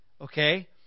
Okay